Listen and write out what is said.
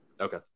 Okay